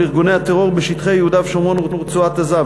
ארגוני הטרור בשטחי יהודה ושומרון ורצועת-עזה,